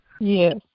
Yes